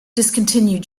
discontinued